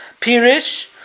Pirish